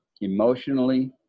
emotionally